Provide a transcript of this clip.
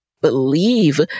believe